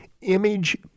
image